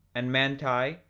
and manti,